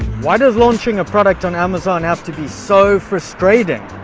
why does launching a product on amazon has to be so frustrating.